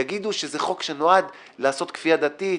יגידו שזה חוק שנועד לעשות כפייה דתית,